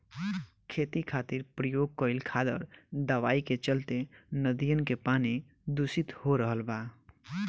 खेती खातिर प्रयोग कईल खादर दवाई के चलते नदियन के पानी दुसित हो रहल बा